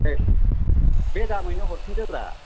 इस बे दामैनो हरफिनदोब्रा